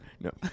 No